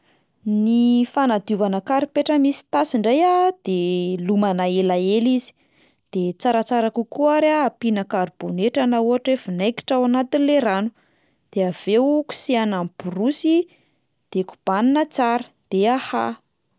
Ny fanadiovana karipetra misy tasy indray a de lomana elaela izy, de tsaratsara kokoa ary a ampiana karibonetra na ohatra hoe vinaingitra ao anatin'le rano, de avy eo kosehana amin'ny borosy de kobanina tsara de ahaha.